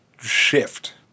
shift